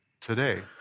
today